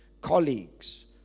colleagues